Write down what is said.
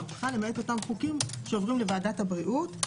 והרווחה למעט החוקים שעוברים לוועדת הבריאות.